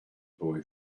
boy